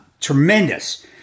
tremendous